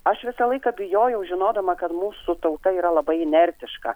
aš visą laiką bijojau žinodama kad mūsų tauta yra labai inertiška